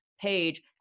page